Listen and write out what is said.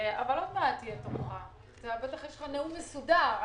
עוד מעט יהיה תורך לדבר ובטח יש לך נאום מסודר.